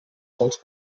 sols